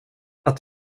att